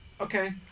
Okay